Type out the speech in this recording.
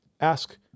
ask